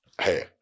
Hey